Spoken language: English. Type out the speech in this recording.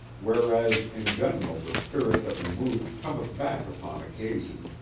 whereas in general the spirit that removed cometh back upon occasion,